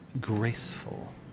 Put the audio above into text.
graceful